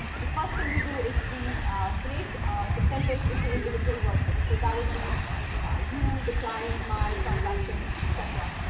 the first thing we do is we break the sentence into individual words. and so that would be you declined my transaction, et cetera.